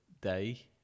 day